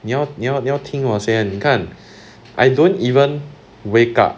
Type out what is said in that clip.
你要你要你要听我先你看 I don't even wake up